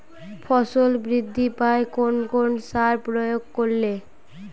ফসল বৃদ্ধি পায় কোন কোন সার প্রয়োগ করলে?